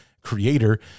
creator